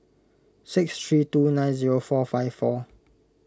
six three two nine zero four five four